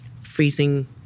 freezing